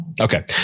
okay